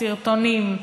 סרטונים,